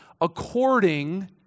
according